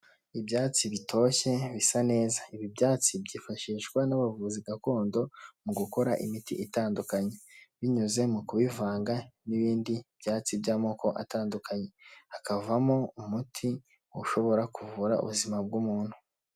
Ibyatsi bitoshye bisa neza, ibi byatsi byifashishwa n'abavuzi gakondo mu gukora imiti itandukanye, binyuze mu kubivanga n'ibindi byatsi by'amoko atandukanye, hakavamo umuti ushobora kuvura ubuzima bw'umuntu.